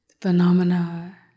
phenomena